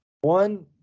one